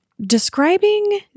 describing